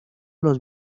los